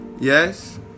Yes